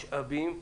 משאבים,